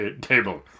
table